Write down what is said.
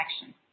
action